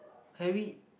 Harry